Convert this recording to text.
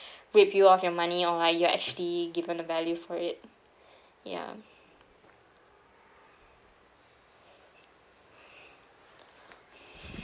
rip of your money or you're actually given a value for it ya